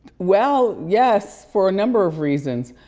well, yes, for a number of reasons.